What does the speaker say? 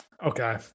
Okay